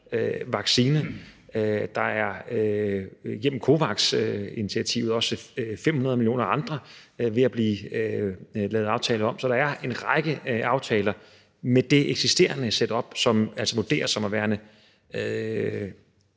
der er igennem COVAX-initiativet også 500 millioner andre, der er ved at blive lavet aftale om. Så der er en række aftaler med det eksisterende setup, som altså vurderes som værende